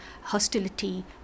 hostility